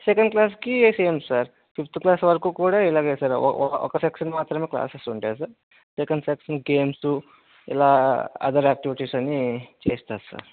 second class కి same sir fifth class వరకు కూడా ఇలాగే సార్ ఒక సెక్షన్ మాత్రమే క్లాసెస్ ఉంటాయి సార్ సెకండ్ సెక్షన్ గేమ్స్ ఇలా అదర్ ఆక్టివిటీస్ అన్నీ చేయిస్తారు సార్